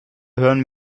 hören